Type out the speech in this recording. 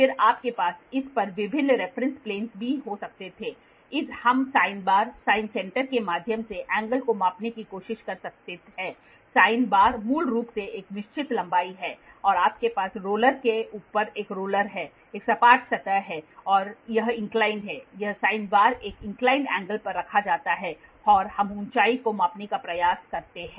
और फिर आपके पास इस पर विभिन्न रेफरेंस प्लेनस भी हो सकते हैं हम साइन बार साइन सेंटर के माध्यम से एंगल को मापने की कोशिश कर सकते हैं साइन बार मूल रूप से एक निश्चित लंबाई है आपके पास रोलर के ऊपर एक रोलर है एक सपाट सतह है और यह इंक्लाइंड है यह साइन बार एक इंक्लाइंड एंगल पर रखा जाता है और हम ऊंचाई को मापने का प्रयास करते हैं